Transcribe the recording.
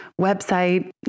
website